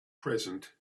present